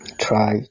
Try